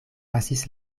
pasis